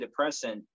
antidepressant